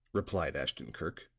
replied ashton-kirk,